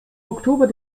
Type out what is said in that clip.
oktober